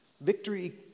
victory